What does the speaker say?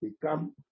become